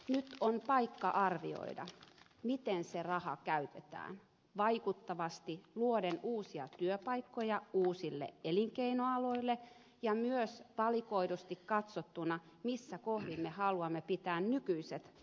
nyt on paikka arvioida miten se raha käytetään vaikuttavasti luoden uusia työpaikkoja uusille elinkeinoaloille ja myös valikoidusti katsottuna missä kohdin me haluamme pitää nykyiset elinkeinot vahvoina